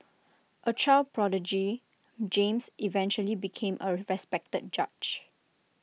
A child prodigy James eventually became A respected judge